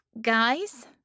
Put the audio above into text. Guys